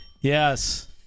yes